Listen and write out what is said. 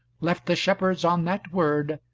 left the shepherds on that word,